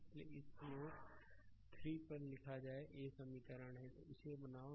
इसलिए इसे नोड 3 पर लिखा जाए ये समीकरण हैं तो इसे बनाओ